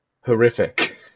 horrific